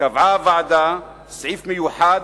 קבעה הוועדה סעיף מיוחד